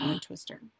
Twister